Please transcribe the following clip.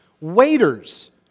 Waiters